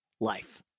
Life